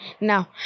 Now